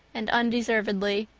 and undeservedly.